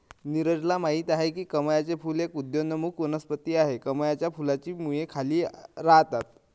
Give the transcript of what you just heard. नीरजल माहित आहे की कमळाचे फूल एक उदयोन्मुख वनस्पती आहे, कमळाच्या फुलाची मुळे खाली राहतात